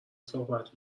صحبت